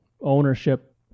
ownership